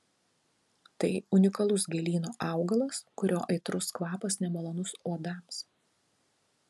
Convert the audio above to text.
tai unikalus gėlyno augalas kurio aitrus kvapas nemalonus uodams